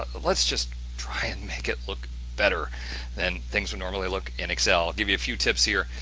ah let's just try and make it look better than things would normally look in excel. give you a few tips here,